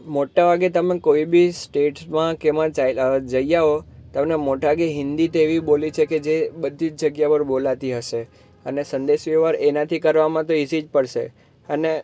મોટાભાગે તમે કોઈ બી સ્ટેટમાં કે એમાં જઈ આવો તમને મોટા ભાગે હિન્દી તો એવી બોલી છે કે જે બધી જ જગ્યા પર બોલાતી હશે અને સંદેશવ્યવહાર એનાથી કરવામાં તો ઈસી જ પડશે અને